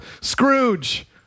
Scrooge